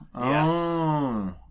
Yes